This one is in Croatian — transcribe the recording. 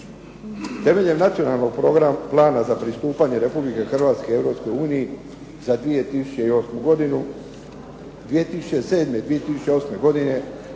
Temeljem Nacionalnog plana za pristupanje Republike Hrvatske Europskoj uniji za 2008. godinu, 2007. i 2008. godine